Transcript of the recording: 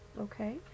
okay